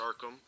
Arkham